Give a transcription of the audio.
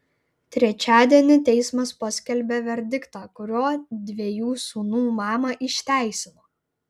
trečiadienį teismas paskelbė verdiktą kuriuo dviejų sūnų mamą išteisino